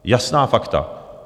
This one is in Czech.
Jasná fakta.